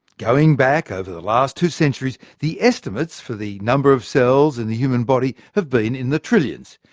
going back over the last two centuries, the estimates for the number of cells in the human body have been in the trillions.